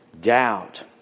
Doubt